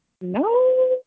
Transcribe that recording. No